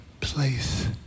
place